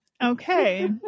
Okay